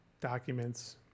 documents